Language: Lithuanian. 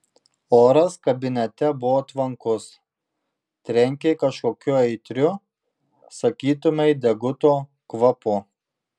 oras kabinete buvo tvankus trenkė kažkokiu aitriu sakytumei deguto kvapu